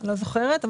לא זוכרת,